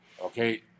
Okay